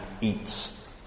eats